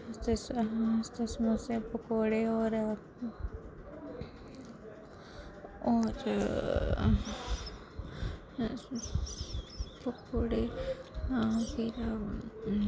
समोसे पकौड़े होर होर पकौड़े फिर